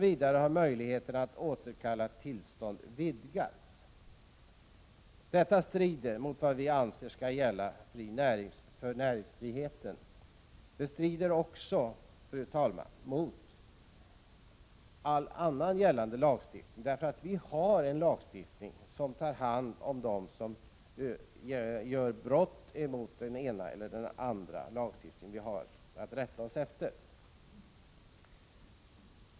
Vidare har möjligheterna att återkalla trafiktillstånd vidgats.” Detta strider mot vad vi anser skall gälla för näringsfrihet. Det strider också, fru talman, mot all annan gällande lagstiftning. Vi har nämligen en lagstiftning som tar hand om dem som begår brott mot den ena eller andra lagen som vi har att rätta oss efter.